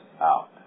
out